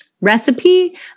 recipe